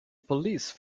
police